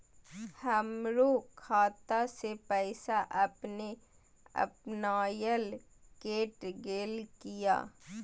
हमरो खाता से पैसा अपने अपनायल केट गेल किया?